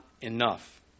enough